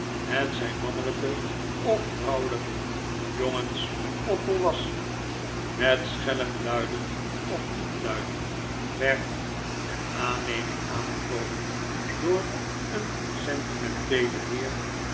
hetzij mannelijke of vrouwelijke jongens of volwassenen met schellen luidend of niet luidend werd ter aanneming aanbevolen door een sentimenteelen heer